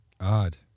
Odd